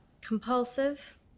Compulsive